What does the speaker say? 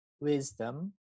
wisdom